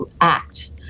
act